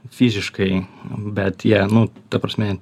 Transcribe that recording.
fiziškai bet jie nu ta prasme